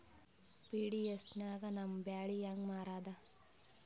PDS ನಾಗ ನಮ್ಮ ಬ್ಯಾಳಿ ಹೆಂಗ ಮಾರದ?